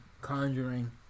Conjuring